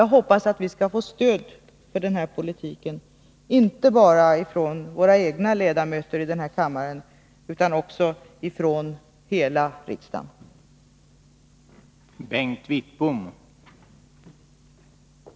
Vi måste göra allt vad vi kan för att förhindra att problemen blir onödigt stora under vintern för ungdomar och för långtidsarbetslösa.